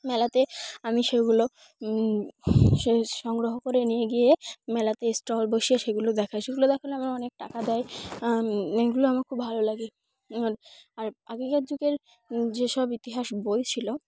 মেলাতে আমি সেগুলো সে সংগ্রহ করে নিয়ে গিয়ে মেলাতে স্টল বসিয়ে সেগুলো দেখাই সেগুলো দেখালে আমার অনেক টাকা দেয় এগুলো আমার খুব ভালো লাগে আর আর আগেকার যুগের যেসব ইতিহাস বইছিলো